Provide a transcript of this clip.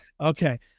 okay